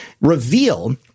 reveal